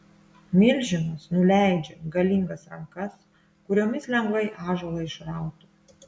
milžinas nuleidžia galingas rankas kuriomis lengvai ąžuolą išrautų